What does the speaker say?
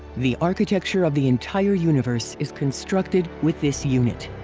the architecture of the entire universe is constructed with this unit.